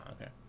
okay